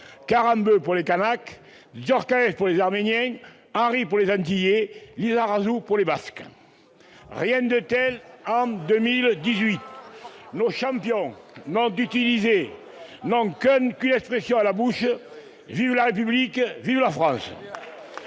Karembeu pour les Kanaks, Djorkaeff pour les Arméniens, Henry pour les Antillais, Lizarazu pour les Basques. Rien de tel en 2018 ! Nos champions n'ont qu'une expression à la bouche :« Vive la République, vive la France